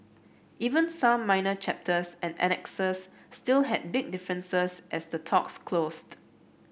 even some minor chapters and annexes still had big differences as the talks closed